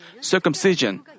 circumcision